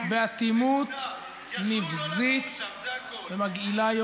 באטימות נבזית ומגעילה,